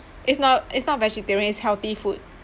it's not it's not vegeterian it's healthy food